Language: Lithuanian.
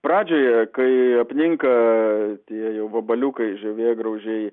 pradžioje kai apninka tie jau vabaliukai žievėgraužiai